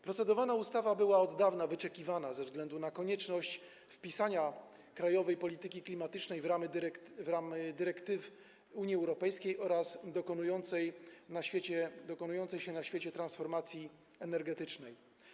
Procedowana ustawa była od dawna wyczekiwana ze względu na konieczność wpisania krajowej polityki klimatycznej w ramy dyrektyw Unii Europejskiej oraz dokonującej się na świecie transformacji energetycznej.